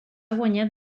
guanyat